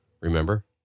remember